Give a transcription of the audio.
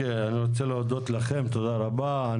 אני רוצה להודות לכם, תודה רבה לך.